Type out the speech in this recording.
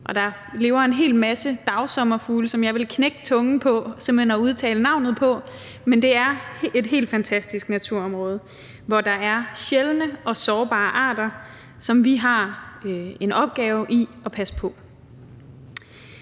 der lever en hel masse dagsommerfugle, som jeg vil knække tungen på simpelt hen at udtale navnet på. Men det er et helt fantastisk naturområde, hvor der er sjældne og sårbare arter, som vi har en opgave i at passe på.